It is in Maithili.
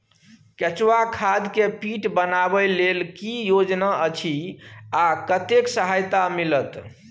केचुआ खाद के पीट बनाबै लेल की योजना अछि आ कतेक सहायता मिलत?